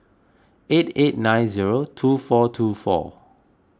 eight eight nine zero two four two four